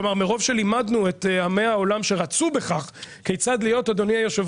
כלומר מרוב שלמדנו את עמי העולם שרצו בכך כיצד להיות אדוני היושב